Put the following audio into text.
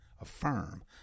Affirm